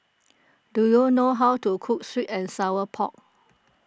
do you know how to cook Sweet and Sour Pork